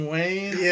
Wayne